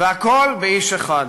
והכול באיש אחד.